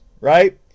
right